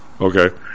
Okay